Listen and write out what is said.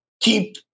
keep